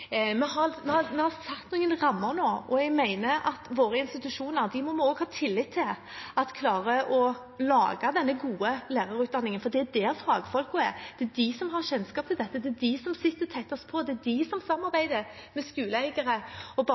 også fra politisk side. Vi har satt noen rammer nå, og jeg mener vi må ha tillit til at våre institusjoner klarer å lage denne gode lærerutdanningen. Det er der fagfolkene er, det er de som har kjennskap til dette, det er de som sitter tettest på, og det er de som samarbeider med skoleeiere og